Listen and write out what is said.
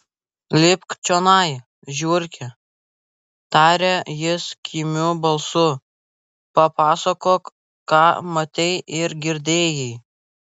lipk čionai žiurke tarė jis kimiu balsu papasakok ką matei ir girdėjai